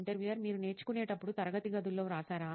interviewer మీరు నేర్చుకునేటప్పుడు తరగతి గదుల్లో వ్రాశారా